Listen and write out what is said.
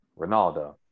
Ronaldo